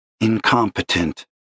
Incompetent